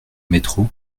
métro